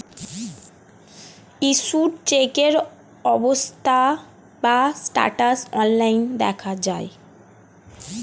issued চেকের অবস্থা বা স্ট্যাটাস অনলাইন দেখা যায়